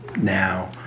now